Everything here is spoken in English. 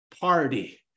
party